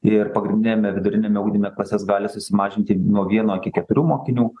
ir pagrindiniame viduriniame ugdyme klases gali susimažinti nuo vieno iki keturių mokinių